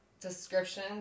description